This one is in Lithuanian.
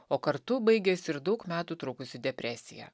o kartu baigės ir daug metų trukusi depresija